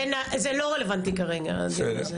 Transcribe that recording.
זה לא רלוונטי כרגע, הדיון הזה.